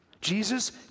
Jesus